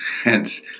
hence